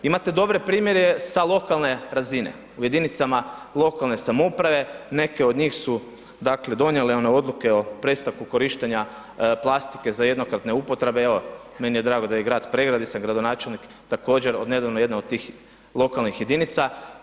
Imate dobre primjere sa lokalne razine, u jedinicama lokalne samouprave neke od njih su, dakle donijele one odluke o prestanku korištenja plastike za jednokratne upotrebe, evo meni je drago i da Grad Pregrada, gdje sam gradonačelnik također od nedavno jedna od tih lokalnih jedinica.